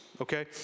Okay